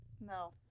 No